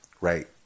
right